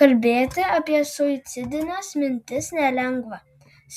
kalbėti apie suicidines mintis nelengva